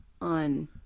on